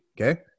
okay